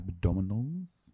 abdominals